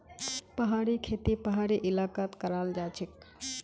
पहाड़ी खेती पहाड़ी इलाकात कराल जाछेक